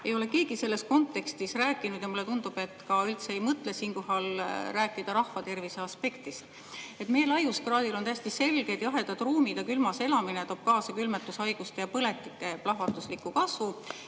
ei ole keegi selles kontekstis rääkinud ja mulle tundub, et ka üldse ei mõtle siinkohal rääkida rahvatervise aspektist. Meie laiuskraadil on täiesti selge, et jahedad ruumid ja külmas elamine toob kaasa külmetushaiguste ja põletike plahvatusliku kasvu.